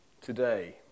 Today